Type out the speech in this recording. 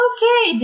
Okay